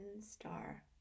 star